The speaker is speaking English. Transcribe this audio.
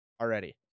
already